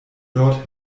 dort